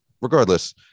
regardless